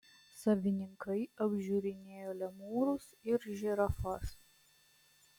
savininkai apžiūrinėjo lemūrus ir žirafas